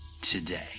today